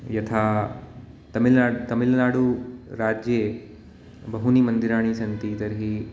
यथा तमिल्नाडु तमिल्नाडुराज्ये बहूनि मन्दिराणि सन्ति तर्हि